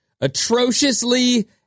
atrociously